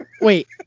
wait